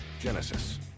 Genesis